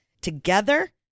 together